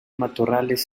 matorrales